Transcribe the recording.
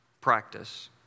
practice